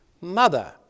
mother